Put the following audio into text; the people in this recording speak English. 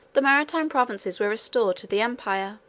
the maritime provinces were restored to the empire.